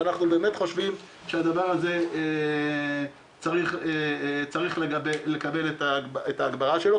אבל אנחנו חושבים שהדבר הזה צריך לקבל את ההגברה שלו,